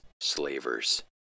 slavers